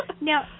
Now